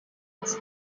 its